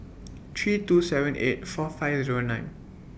three two seven eight four five Zero nine